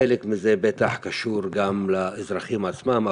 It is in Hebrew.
חלק מזה בטח קשור גם לאזרחים עצמם,